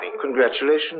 Congratulations